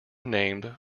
named